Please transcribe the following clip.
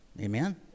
Amen